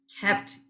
kept